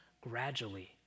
gradually